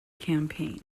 campaign